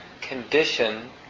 condition